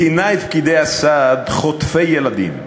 כינה את פקידי הסעד "חוטפי ילדים".